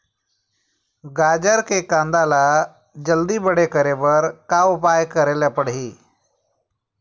गाजर के कांदा ला जल्दी बड़े करे बर का उपाय करेला पढ़िही?